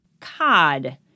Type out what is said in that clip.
Cod